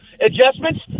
adjustments